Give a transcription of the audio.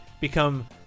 become